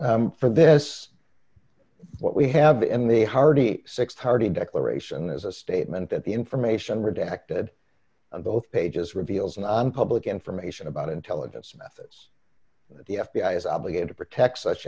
for this what we have in the hearty six hearty declaration is a statement that the information redacted of both pages reveals and on public information about intelligence methods the f b i is obligated to protect such